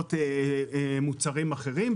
באריזות מוצרים אחרים,